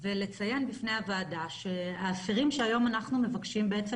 ולציין בפני הוועדה שהאסירים שהיום אנחנו מבקשים בעצם